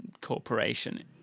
corporation